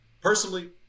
Personally